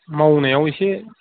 मावनायाव इसे